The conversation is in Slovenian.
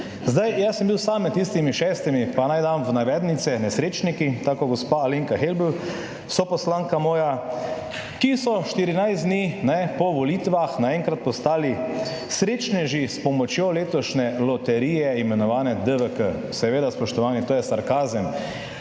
Sam sem bil med tistimi šestimi, pa naj dam v navednice, »nesrečniki«, tako kot gospa Alenka Helbl, moja soposlanka, ki so štirinajst dni po volitvah naenkrat postali srečneži s pomočjo letošnje loterije, imenovane DVK. Seveda, spoštovani, to je sarkazem.